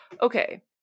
okay